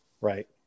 right